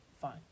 Fine